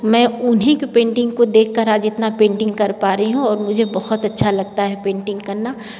मैं उन्ही के पेंटिंग को देखकर आज इतना पेंटिंग कर पा रही हूँ और मुझे बहुत अच्छा लगता है पेंटिंग करना